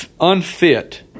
unfit –